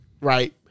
right